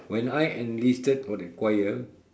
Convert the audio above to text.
when I enlisted for the choir